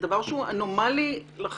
זה דבר שהוא אנומלי לחלוטין.